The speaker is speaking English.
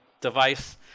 device